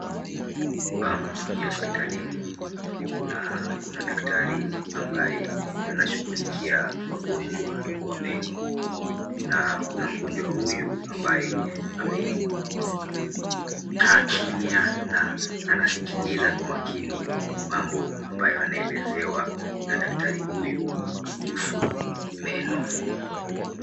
Hapa ni hospitalini na kuna daktari ambaye anashughulikia wagonjwa wa meno. Na kuna mgonjwa huyu ambaye amekaa kimya na anasikiliza kwa makini mambo ambayo anaelezewa na daktari huyu kuhusu meno.